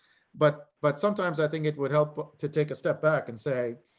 but, but sometimes i think it would help to take a step back and say,